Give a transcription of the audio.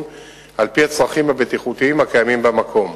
על-פי הצרכים הבטיחותיים הקיימים במקום.